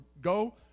Go